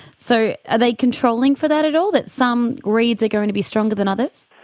so are they controlling for that at all, that some reads are going to be stronger than others?